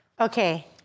okay